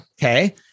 Okay